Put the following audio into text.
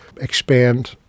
expand